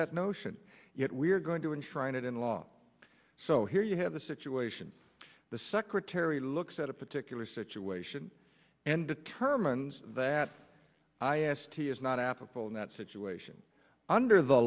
that notion yet we're going to enshrine it in law so here you have a situation the secretary looks at a particular situation and determines that i asked he is not applicable in that situation under the